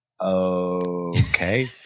okay